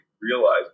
realize